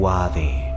Worthy